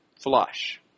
flush